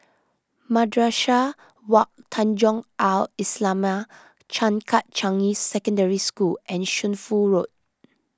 Madrasah Wak Tanjong Al Islamiah Changkat Changi Secondary School and Shunfu Road